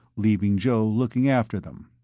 leaving joe looking after them.